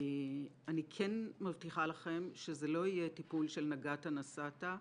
אני כן מבטיחה לכם שזה לא יהיה טיפול "נגעת נסעת",